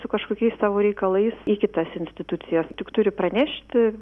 su kažkokiais savo reikalais į kitas institucijas tik turi pranešti